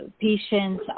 patients